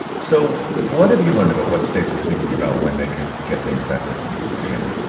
so what have you learned about what states are thinking about when they could get things back open again?